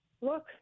look